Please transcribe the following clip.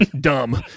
dumb